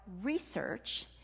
research